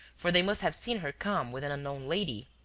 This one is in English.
for they must have seen her come with an unknown lady.